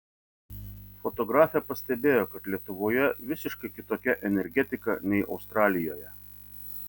fotografė pastebėjo kad lietuvoje visiškai kitokia energetika nei australijoje